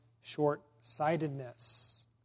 short-sightedness